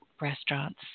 restaurants